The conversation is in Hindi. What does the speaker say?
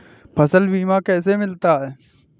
फसल बीमा कैसे मिलता है?